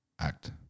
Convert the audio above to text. act